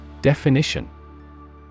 Definition